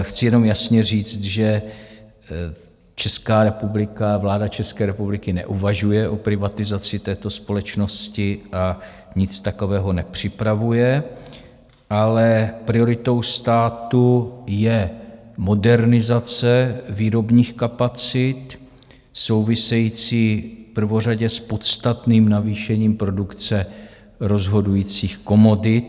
Chci jenom jasně říct, že Česká republika, vláda České republiky neuvažuje o privatizaci této společnosti a nic takového nepřipravuje, ale prioritou státu je modernizace výrobních kapacit související prvořadě s podstatným navýšením produkce rozhodujících komodit.